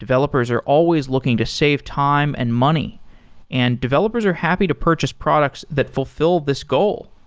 developers are always looking to save time and money and developers are happy to purchase products that fulfill this goal.